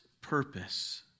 purpose